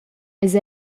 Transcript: eis